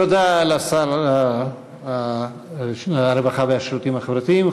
תודה לשר הרווחה והשירותים החברתיים.